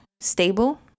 stable